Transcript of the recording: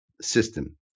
system